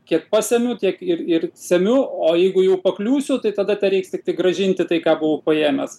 kiek pasemiu tiek ir ir semiu o jeigu jau pakliūsiu tai tada tiktai tereiks grąžinti tai ką buvau paėmęs